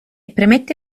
premette